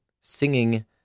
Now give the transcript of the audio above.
singing